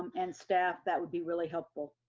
um and staff, that would be really helpful.